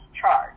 charge